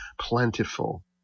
plentiful